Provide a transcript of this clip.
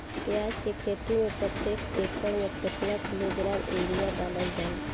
प्याज के खेती में प्रतेक एकड़ में केतना किलोग्राम यूरिया डालल जाला?